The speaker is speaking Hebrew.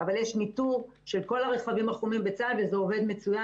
אבל יש ניטור של כל הרכבים החומים בצה"ל וזה עובד מצוין,